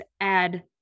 add